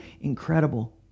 incredible